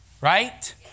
right